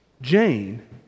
Jane